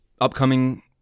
upcoming